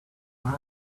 what